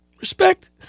Respect